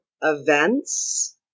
events